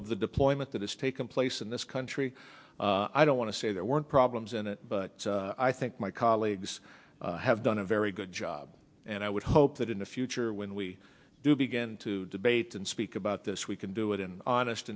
of the deployment that has taken place in this country i don't want to say there weren't problems in it but i think my colleagues have done a very good job and i would hope that in the future when we do begin to debate and speak about this we can do it in honest